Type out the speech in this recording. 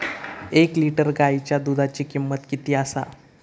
एक लिटर गायीच्या दुधाची किमंत किती आसा?